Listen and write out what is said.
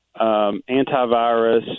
antivirus